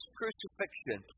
crucifixion